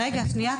שנייה.